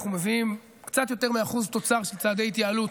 אנחנו מביאים קצת יותר מ-1% תוצר של צעדי התייעלות